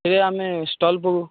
ହେରେ ଆମେ ଷ୍ଟଲ୍ ପକଉ